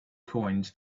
coins